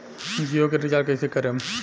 जियो के रीचार्ज कैसे करेम?